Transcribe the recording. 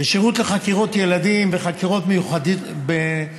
בשירות לחקירות ילדים וחקירות מיוחדות